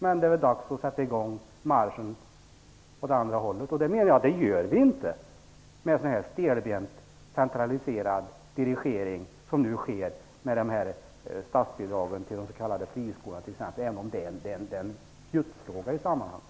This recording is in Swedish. Men det är väl dags att sätta i gång marschen åt andra hållet, och det gör vi inte med en stelbent centraliserad dirigering som nu sker, t.ex. med statsbidragen till de s.k. friskolorna -- även om det ändå är en fjuttfråga i sammanhanget.